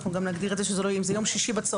אנחנו גם נגדיר את זה כי אם זה יום שישי בצוהריים,